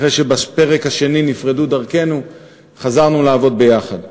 אחרי שבפרק השני נפרדו דרכינו חזרנו לעבוד יחד.